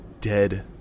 dead